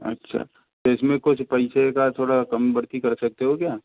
अच्छा तो इसमे कुछ पैसा का थोड़ा कुछ कम भर्ती कर सकते हो क्या